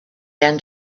end